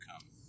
come